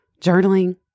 journaling